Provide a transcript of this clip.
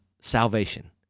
salvation